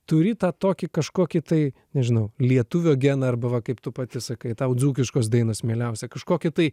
turi tą tokį kažkokį tai nežinau lietuvio geną arba va kaip tu pati sakai tau dzūkiškos dainos mieliausia kažkokį tai